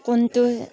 কোনটো